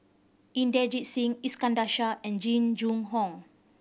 Inderjit Singh Iskandar Shah and Jing Jun Hong